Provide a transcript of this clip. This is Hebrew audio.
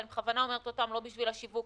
ואני בכוונה אומרת אותם לא בשביל השיווק,